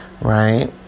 Right